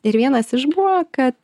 ir vienas iš buvo kad